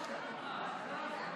למה?